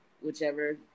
whichever